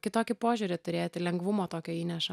kitokį požiūrį turėti lengvumo tokio įneša